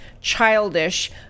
childish